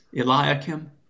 Eliakim